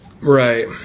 Right